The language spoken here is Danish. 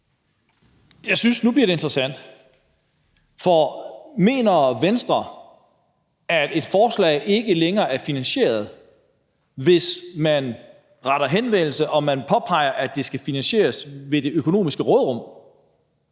jeg det bliver interessant, for mener Venstre, at et forslag ikke længere er finansieret, hvis man man påpeger, at det skal finansieres via det økonomiske råderum?